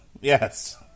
yes